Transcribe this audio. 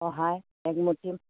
সহায় একমুঠি